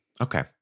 Okay